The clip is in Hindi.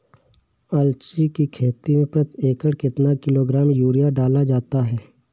अलसी की खेती में प्रति एकड़ कितना किलोग्राम यूरिया डाला जाता है?